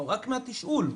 רק מהתשאול.